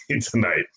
tonight